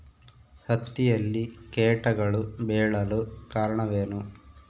ಹತ್ತಿಯಲ್ಲಿ ಕೇಟಗಳು ಬೇಳಲು ಕಾರಣವೇನು?